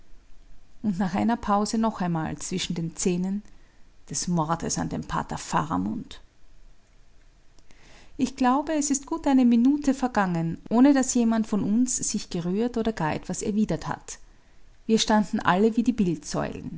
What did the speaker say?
und nach einer pause noch einmal zwischen den zähnen des mordes an dem pater faramund ich glaube es ist gut eine minute vergangen ohne daß jemand von uns sich gerührt oder gar etwas erwidert hat wir standen alle wie die